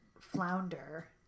flounder